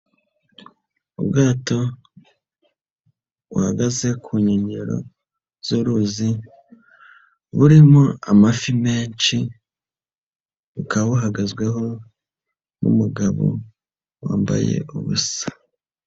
Ubwato buhagaze ku nkengero z'uruzi burimo amafi menshi, bukaba buhagazweho n'umugabo wambaye ubusa.